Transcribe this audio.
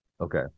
Okay